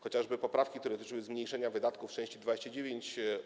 Chociażby poprawki, które dotyczyły zmniejszenia wydatków w części 29: